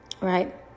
Right